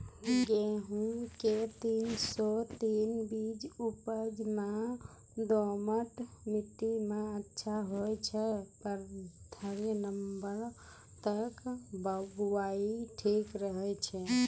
गेहूँम के तीन सौ तीन बीज उपज मे दोमट मिट्टी मे अच्छा होय छै, पन्द्रह नवंबर तक बुआई ठीक रहै छै